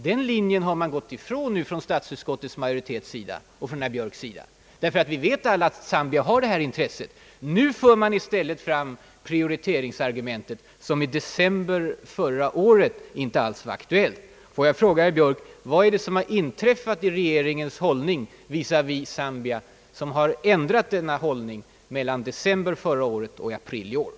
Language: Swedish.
Denna linje har nu statsutskottets majoritet och herr Björk gått ifrån, eftersom Zambia, såsom vi alla vet, redan har visat ett sådant intresse. Nu för man i stället fram prioriteringsargumentet, som i december föregående år inte alls var aktuellt. Låt mig fråga herr Björk: Vad är det som inträffat mellan december i fjol och april i år som föranleder denna ändring i regeringens hållning till Zambia?